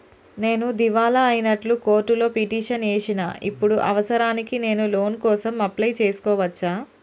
నేను దివాలా అయినట్లు కోర్టులో పిటిషన్ ఏశిన ఇప్పుడు అవసరానికి నేను లోన్ కోసం అప్లయ్ చేస్కోవచ్చా?